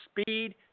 speed